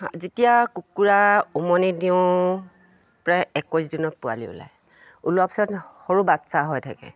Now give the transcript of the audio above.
যেতিয়া কুকুৰা উমনি দিওঁ প্ৰায় একৈছ দিনত পোৱালি ওলায় ওলোৱাৰ পিছত সৰু বাচ্ছা হৈ থাকে